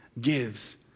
gives